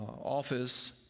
office